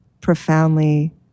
profoundly